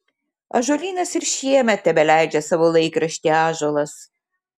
ąžuolynas ir šiemet tebeleidžia savo laikraštį ąžuolas